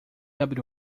abriu